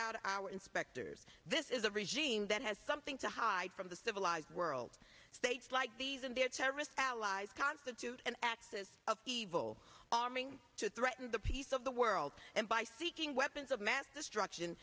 out our inspectors this is a regime that has something to hide from the civilized world states like these and their terrorist allies constitute an axis of evil arming to threaten the peace of the world and by seeking weapons of mass destruction